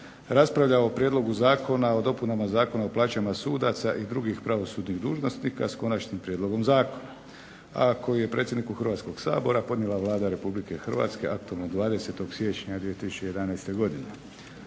raspravljao o Prijedlogu zakona o dopunama Zakona o plaćama sudaca i drugih pravosudnih dužnosnika s Konačnim prijedlogom zakona, a koji je predsjedniku Hrvatskog sabora podnijela Vlada Republike Hrvatske aktom od 20. siječnja 2011. godine.